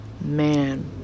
man